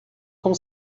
com